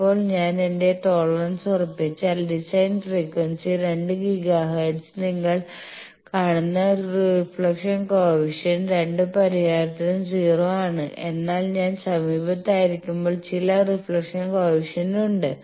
ഇപ്പോൾ ഞാൻ എന്റെ ടോളറൻസ് ഉറപ്പിച്ചാൽ ഡിസൈൻ ഫ്രീക്വൻസി 2 ഗിഗാ ഹെർട്സിൽ നിങ്ങൾ കാണുന്ന റിഫ്ലക്ഷൻ കോയെഫിഷ്യന്റ് രണ്ട് പരിഹാരത്തിനും 0 ആണ് എന്നാൽ ഞാൻ സമീപത്തായിരിക്കുമ്പോൾ ചില റിഫ്ലക്ഷൻ കോയെഫിഷ്യന്റ് ഉണ്ട്